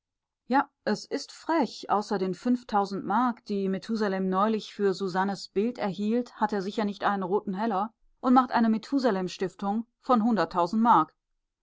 ja es ist frech außer den fünftausend mark die methusalem neulich für susannes bild erhielt hat er sicher nicht einen roten heller und macht eine methusalem stiftung von hunderttausend mark